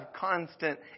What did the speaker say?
constant